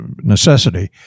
necessity